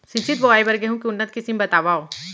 सिंचित बोआई बर गेहूँ के उन्नत किसिम बतावव?